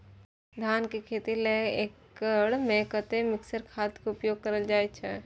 धान के खेती लय एक एकड़ में कते मिक्चर खाद के उपयोग करल जाय?